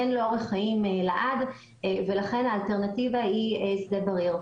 אין לו אורך חיים לעד ולכן האלטרנטיבה היא שדה בריר.